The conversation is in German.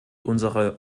unsere